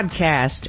podcast